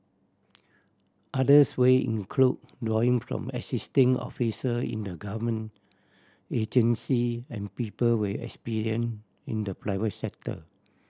others way include drawing from existing officer in the government agency and people with experience in the private sector